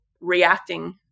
reacting